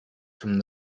from